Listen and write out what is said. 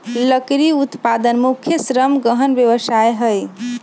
लकड़ी उत्पादन मुख्य श्रम गहन व्यवसाय हइ